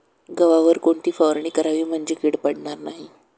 गव्हावर कोणती फवारणी करावी म्हणजे कीड पडणार नाही?